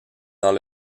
dans